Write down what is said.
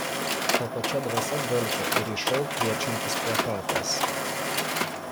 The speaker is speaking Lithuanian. ta pačia dvasia dvelkia ir į šou kviečiantis plakatas